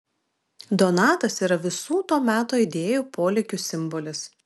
donatas yra visų to meto idėjų polėkių simbolis